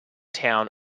town